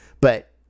but-